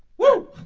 woo.